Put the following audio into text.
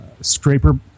scraper